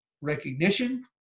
recognition